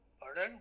Pardon